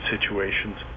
situations